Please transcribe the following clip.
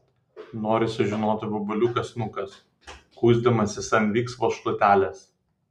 nori sužinoti vabaliukas nukas kuisdamasis ant viksvos šluotelės